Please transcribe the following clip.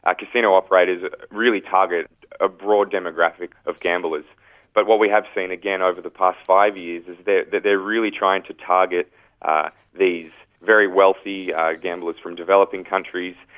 ah casino operators really target a broad demographic of gamblers. but what we have seen, again, over the past five years is that that they are really trying to target these very wealthy gamblers from developing countries.